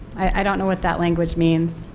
i don't know what that language means.